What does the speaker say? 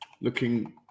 looking